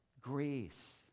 Grace